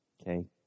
Okay